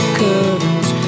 curtains